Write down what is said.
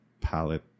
palette